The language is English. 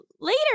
later